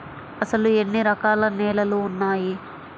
అసలు ఎన్ని రకాల నేలలు వున్నాయి?